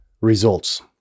results